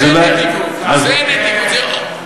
זו נדיבות, זו נדיבות.